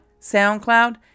SoundCloud